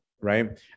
right